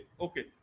Okay